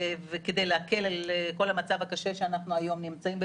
כדי להקל על כל המצב הקשה שאנחנו היום נמצאים בו.